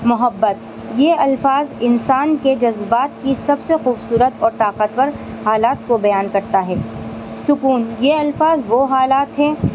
محبت یہ الفاظ انسان کے جذبات کی سب سے خوبصورت اور طاقتور حالات کو بیان کرتا ہے سکون یہ الفاظ وہ حالات ہیں